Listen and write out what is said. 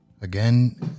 again